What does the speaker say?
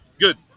Good